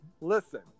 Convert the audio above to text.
Listen